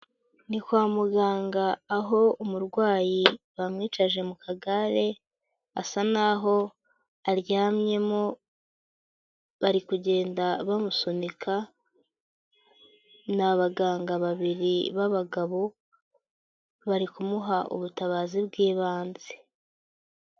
Ni kwa muganga aho umurwayi bamwicaje mu kagare, asa naho aryamyemo bari kugenda bamusunika, ni abaganga babiri b'abagabo bari kumuha ubutabazi bw'ibanze.